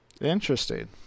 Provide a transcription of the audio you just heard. Interesting